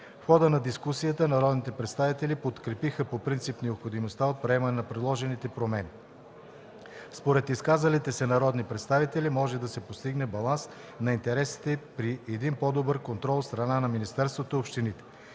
В хода на дискусията народните представители подкрепиха по принцип необходимостта от приемане на предложените промени. Според изказалите се народни представители може да се постигне баланс на интересите при един по-добър контрол от страна на министерството и общините.